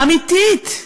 אמיתית.